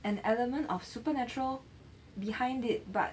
an element of supernatural behind it but